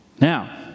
Now